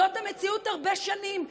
זאת המציאות הרבה שנים.